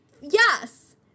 Yes